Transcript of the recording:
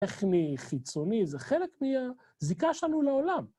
טכני, חיצוני, זה חלק מהזיקה שלנו לעולם.